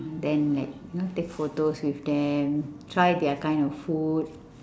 then like you know take photos with them try their kind of food